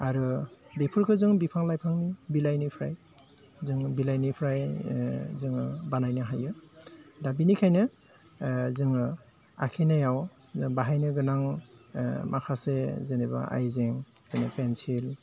आरो बेफोरखौ जों बिफां लाइफांनि बिलाइनिफ्राय जों बिलाइनिफ्राय जोङो बानायनो हायो दा बिनिखायनो जोङो आखिनायाव जे बाहायनो गोनां माखासे जेनेबा आइजें पेन्सिल